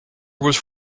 was